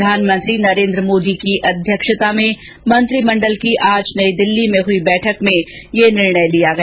प्रधानमंत्री नरेन्द्र मोदी की अध्यक्षता में मंत्रिमंडल की आज नई दिल्ली में हुई बैठक में यह निर्णय लिया गया